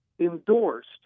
endorsed